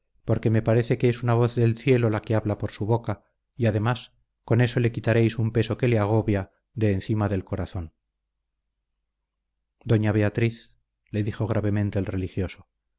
porque me parece que es una voz del cielo la que habla por su boca y además con eso le quitaréis un peso que le agobia de encima del corazón doña beatriz le dijo gravemente el religioso